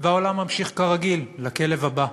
והעולם ממשיך כרגיל, לכלב הבא.